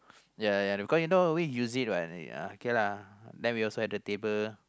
ya ya ya the because you know always use it what then uh kay lah then we also at the table